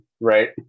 right